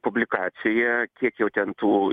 publikacija kiek jau ten tų